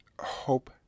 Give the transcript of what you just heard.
hope